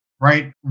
right